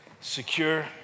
secure